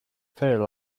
ferry